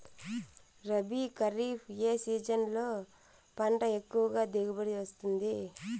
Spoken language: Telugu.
రబీ, ఖరీఫ్ ఏ సీజన్లలో పంట ఎక్కువగా దిగుబడి వస్తుంది